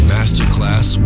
Masterclass